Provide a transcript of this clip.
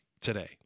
today